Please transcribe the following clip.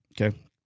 Okay